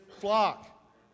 flock